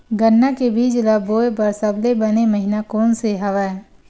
गन्ना के बीज ल बोय बर सबले बने महिना कोन से हवय?